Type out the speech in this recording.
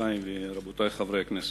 גבירותי ורבותי חברי הכנסת,